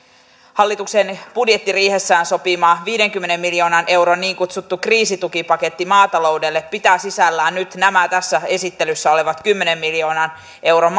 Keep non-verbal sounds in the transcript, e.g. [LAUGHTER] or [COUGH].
hallituksen budjettiriihessään sopima viidenkymmenen miljoonan euron niin kutsuttu kriisitukipaketti maataloudelle pitää sisällään nyt tässä esittelyssä olevan kymmenen miljoonan euron [UNINTELLIGIBLE]